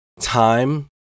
Time